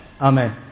Amen